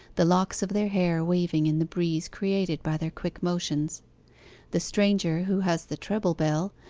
the locks of their hair waving in the breeze created by their quick motions the stranger, who has the treble bell,